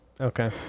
Okay